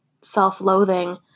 self-loathing